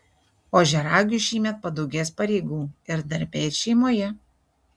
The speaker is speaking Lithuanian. ožiaragiui šįmet padaugės pareigų ir darbe ir šeimoje